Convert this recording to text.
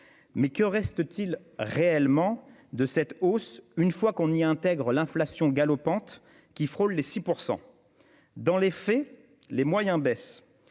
Mais que reste-t-il réellement de cette hausse une fois prise en compte l'inflation galopante- elle frôle les 6 %? Dans les faits, les moyens baissent.